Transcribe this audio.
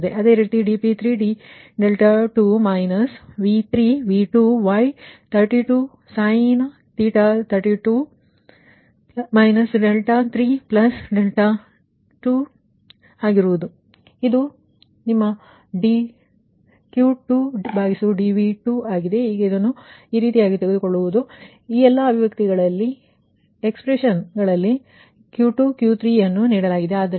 ಅದೇ ರೀತಿ dp3 d2 minus V3V2Y32 32 3∆2 2 ಆಗಿರುತ್ತದೆ ಮತ್ತು ಇದು ನಿಮ್ಮ dQ2dV2 ಆಗಿದೆ ಈಗ ಇದನ್ನು ನೀವು ತೆಗೆದುಕೊಳ್ಳಿ ಯಾಕೆಂದರೆ ಈ ಎಲ್ಲಾ ಅಭಿವ್ಯಕ್ತಿಗಳಲ್ಲಿ Q2 Q3ಯನ್ನು ನಿಮಗೆ ನೀಡಲಾಗಿದೆ